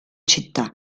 città